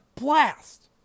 blast